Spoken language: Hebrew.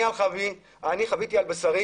אני חוויתי על בשרי